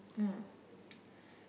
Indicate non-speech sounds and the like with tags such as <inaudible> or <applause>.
mm <noise>